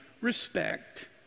respect